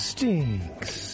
Stinks